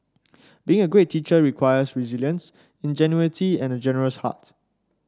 being a great teacher requires resilience ingenuity and a generous heart